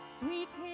Sweet